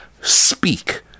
speak